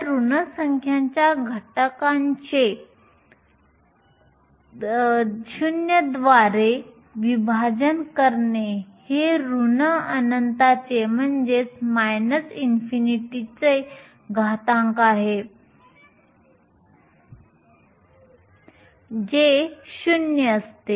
तर ऋण संख्याचा घटकाचें 0 द्वारे विभाजन करणे हे ऋण अनंताचे घातांक आहे जे 0 असते